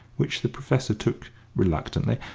which the professor took reluctantly,